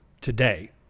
today